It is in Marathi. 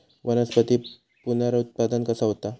वनस्पतीत पुनरुत्पादन कसा होता?